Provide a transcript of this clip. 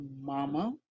mama